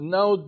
Now